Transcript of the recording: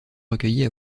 recueillis